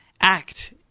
act